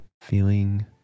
feeling